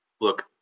look